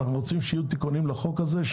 אנחנו רוצים שיהיו תיקונים לחוק הזה.